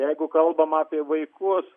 jeigu kalbam apie vaikus